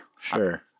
Sure